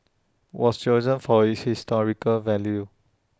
was chosen for its historical value